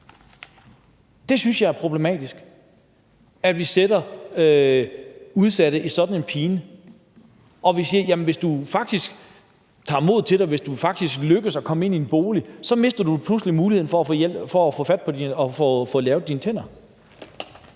– synes jeg, det er problematisk. At vi sætter udsatte i sådan en pine, at vi siger, at du, hvis du faktisk tager mod til dig, og hvis det lykkes dig at komme ind i en bolig, så pludselig mister muligheden for at få hjælp og få